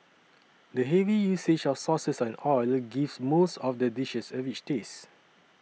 the heavy usage of sauces and oil gives most of the dishes a rich taste